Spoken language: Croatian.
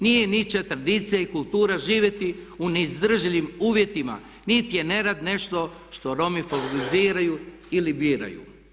Nije ničija tradicija i kultura živjeti u neizdrživ uvjetima niti je nerad nešto što favoriziraju ili biraju.